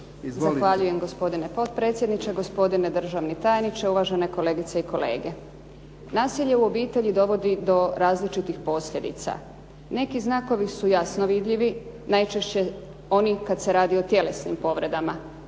Zahvaljujem gospodine potpredsjedniče, gospodine državni tajniče, uvažene kolegice i kolege. Nasilje u obitelji dovodi do različitih posljedica. Neki znakovi su jasno vidljivi, najčešće oni kad se radi o tjelesnim povredama.